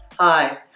Hi